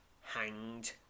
hanged